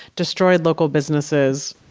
destroyed local businesses,